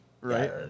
right